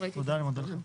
תודה, אני מודה לכם.